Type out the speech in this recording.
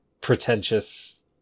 pretentious